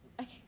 okay